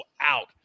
out